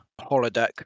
holodeck